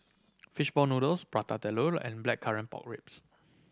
fish ball noodles Prata Telur and Blackcurrant Pork Ribs